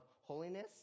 holiness